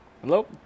Hello